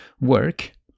work